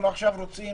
אנחנו עכשיו רוצים